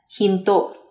Hinto